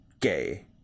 Gay